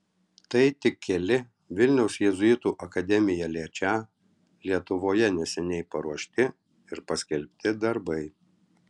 tai tik keli vilniaus jėzuitų akademiją liečią lietuvoje neseniai paruošti ir paskelbti darbai